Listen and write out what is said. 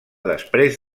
després